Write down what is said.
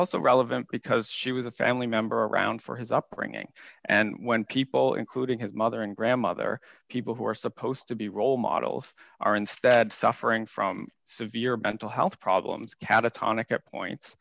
also relevant because she was a family member around for his upbringing and when people including his mother and grandmother people who are supposed to be role models are instead suffering from severe mental health problems